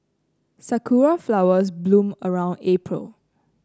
sakura flowers bloom around April